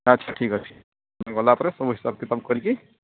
ଆଚ୍ଛା ଠିକ୍ ଅଛି ମୁଁ ଗଲା ପରେ ସବୁ ହିସାବ କିତାବ କରିକି